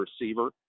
receiver